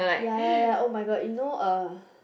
ya ya ya oh my god you know uh